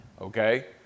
okay